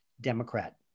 Democrat